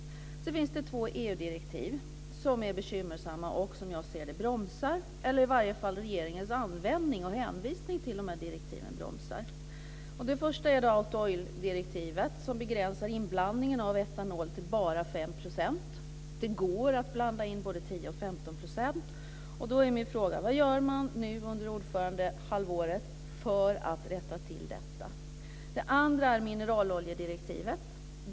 Sedan finns det två EU-direktiv som är bekymmersamma och som, menar jag, bromsar. I varje fall bromsar regeringens användning av och hänvisning till de här direktiven. Först gäller det Auto-Oil-direktivet, som begränsar inblandningen av etanol till bara 5 % men det går att blanda i både 10 % och 15 %. Vad gör man nu under ordförandeskapshalvåret för att rätta till detta? Vidare gäller det mineraloljedirektivet.